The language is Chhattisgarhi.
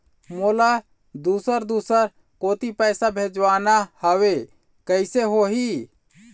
मोला दुसर दूसर कोती पैसा भेजवाना हवे, कइसे होही?